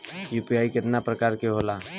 UPI केतना प्रकार के होला?